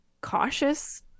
cautious